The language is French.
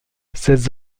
ses